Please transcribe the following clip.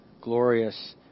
glorious